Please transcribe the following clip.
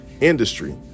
industry